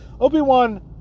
Obi-Wan